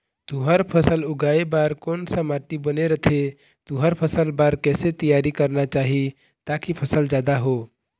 तुंहर फसल उगाए बार कोन सा माटी बने रथे तुंहर फसल बार कैसे तियारी करना चाही ताकि फसल जादा हो?